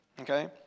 Okay